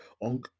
on